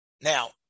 Now